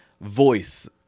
voice